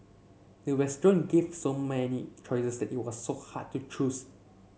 the restaurant gave so many choices that it was hard to choose